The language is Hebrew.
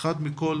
אחד מכל